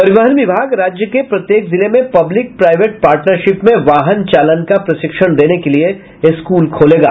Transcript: परिवहन विभाग राज्य के प्रत्येक जिले में पब्लिक प्राईवेट पार्टनशिप में वाहन चालन का प्रशिक्षण देने के लिए स्कूल खोलेगा